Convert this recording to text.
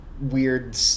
weird